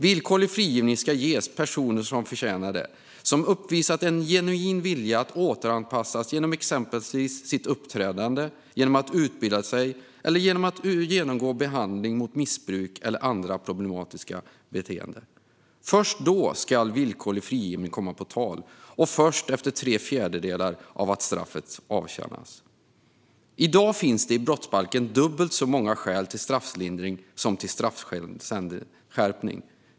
Villkorlig frigivning ska ges personer som förtjänar det, personer som uppvisat en genuin vilja att återanpassa sig genom exempelvis sitt uppträdande, genom att utbilda sig eller genom att genomgå behandling mot missbruk eller andra problematiska beteenden. Först då ska villkorlig frigivning komma på tal, och det ska ske först efter att tre fjärdedelar av straffet har avtjänats. I dag finns det i brottsbalken dubbelt så många skäl till strafflindring som till straffskärpning.